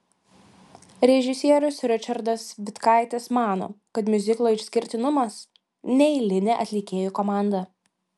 režisierius ričardas vitkaitis mano kad miuziklo išskirtinumas neeilinė atlikėjų komanda